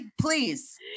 please